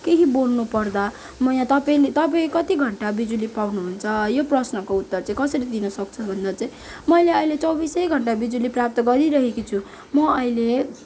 केहि बोल्नु पर्दा म यहाँ तपाईले तपाईँ कति घन्टा बिजुली पाउनुहुन्छ यो प्रश्नको उत्तर कसरी दिन सक्छ भन्दा चाहिँ मैले अहिले चौबिसै घन्टा बिजुली प्राप्त गरिरहेकी छु म अहिले